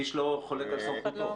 איש לא חולק על סמכותו.